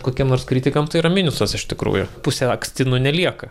kokiem nors kritikam tai yra minusas iš tikrųjų pusę akstino nelieka